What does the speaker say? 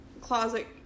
closet